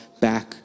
back